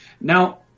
now